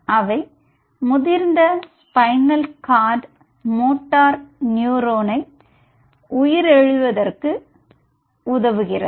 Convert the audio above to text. அவை முதிர்ந்த spinal cord motor neuron உய்ரித்தெழுவதற்கு உதவுகிறது